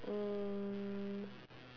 um